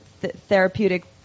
therapeutic